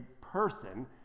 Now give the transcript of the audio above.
person